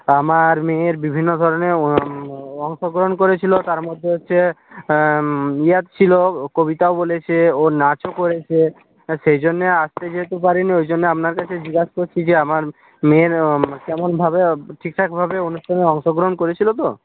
আমার মেয়ের বিভিন্ন ধরনের অংশগ্রহণ করেছিল তার মধ্যে হচ্ছে ইয়া ছিল কবিতাও বলেছে ও নাচও করেছে সেই জন্যে আসতে যেহেতু পারিনি ওই জন্য আপনার কাছে জিজ্ঞাসা করছি যে আমার মেয়ের কেমনভাবে ঠিকঠাকভাবে অনুষ্ঠানে অংশগ্রহণ করেছিল তো